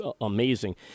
amazing